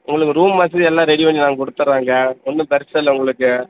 உங்களுக்கு ரூம் வசதி எல்லாம் ரெடி பண்ணி நான் கொடுத்தர்றேங்க ஒன்றும் பிரச்சின இல்லை உங்களுக்கு